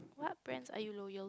what brands are you loyal